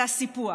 זה הסיפוח,